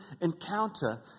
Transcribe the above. encounter